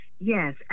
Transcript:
Yes